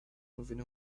moving